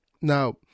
Now